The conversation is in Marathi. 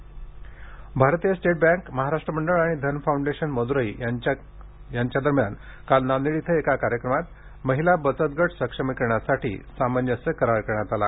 बचत गट भारतीय स्टेट बँके महाराष्ट्र मंडळ आणि धन फाउंडेशन मद्राई यांच्यात काल नांदेड इथ एका कार्यक्रमात महिला बचत गट सक्षमीकरणासाठी सामंजस्य करार करण्यात आला